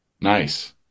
nice